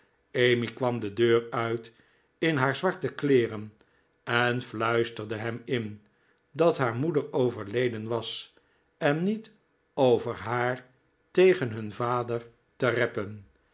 emmy kwam de deur uit in haar zwarte kleeren en fluisterde hem in dat haar moeder overleden was en niet over haar tegen hun vader te reppen